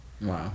Wow